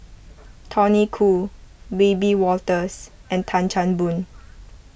Tony Khoo Wiebe Wolters and Tan Chan Boon